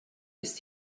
ist